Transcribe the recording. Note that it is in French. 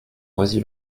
noisy